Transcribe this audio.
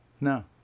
no